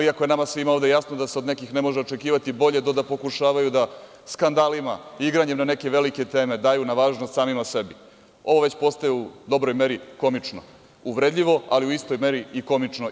Iako je nama svima ovde jasno da se od nekih ne može očekivati bolje do da pokušavaju da skandalima i igranjem na neke velike teme daju na važnost samima sebi, ovo već postaje u dobroj meri komično, uvredljivo, ali u istoj meri i komično.